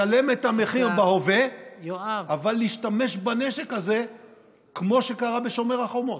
לשלם את המחיר בהווה אבל להשתמש בנשק הזה כמו שקרה בשומר החומות.